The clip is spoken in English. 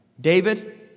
David